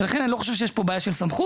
לכן, אני לא חושב שיש פה בעיה של סמכות,